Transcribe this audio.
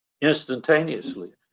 instantaneously